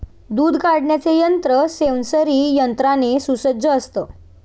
दूध काढण्याचे यंत्र सेंसरी यंत्राने सुसज्ज असतं